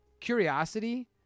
curiosity